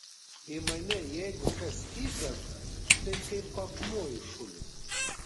į mane jeigu kas įkrenta tai kaip akmuo į šulinį